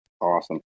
Awesome